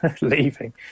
leaving